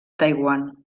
taiwan